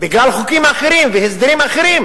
בגלל חוקים אחרים והסדרים אחרים.